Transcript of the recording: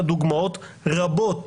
דוגמאות רבות